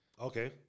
Okay